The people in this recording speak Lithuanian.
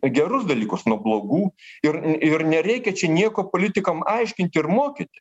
gerus dalykus nuo blogų ir ir nereikia čia nieko politikam aiškint ir mokyti